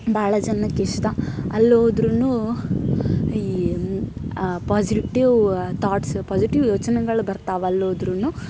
ಭಾಳ ಜನಕ್ಕೆ ಇಷ್ಟ ಅಲ್ಲಿ ಹೋದ್ರೂ ಈ ಪಾಸಿಟಿವ್ ತಾಟ್ಸ್ ಪಾಸಿಟಿವ್ ಯೋಚನೆಗಳು ಬರ್ತವೆ ಅಲ್ಲಿ ಹೋದ್ರೂ